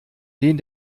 den